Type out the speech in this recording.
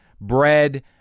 bread